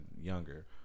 younger